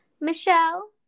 Michelle